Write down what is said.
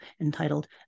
entitled